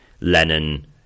Lenin